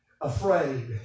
afraid